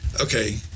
Okay